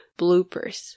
bloopers